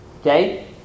Okay